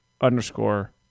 underscore